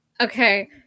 Okay